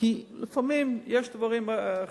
לפעמים יש דברים חריגים.